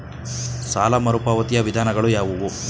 ಸಾಲ ಮರುಪಾವತಿಯ ವಿಧಾನಗಳು ಯಾವುವು?